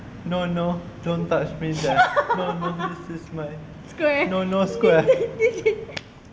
no no don't touch me there don't this is my no no square square